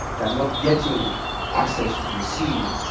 they are not getting access to the sea.